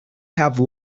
have